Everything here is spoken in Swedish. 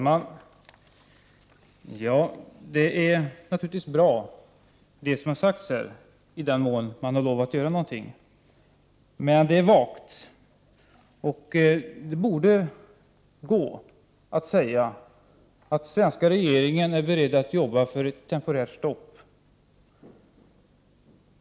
Herr talman! I den mån jordbruksministern har lovat att göra något är det som här har sagts bra. Men det är vagt. Jordbruksministern borde kunna säga att den svenska regeringen är beredd att arbeta för ett temporärt stopp.